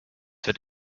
wird